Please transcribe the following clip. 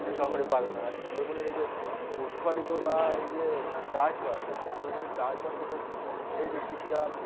শহরে পাবে না আর সুন্দরবনের এই যে পশুপালিত বা এই যে চাষবাস এই সুন্দরবনের চাষবাসও খুব এই যে কৃষিরা